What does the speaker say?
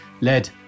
led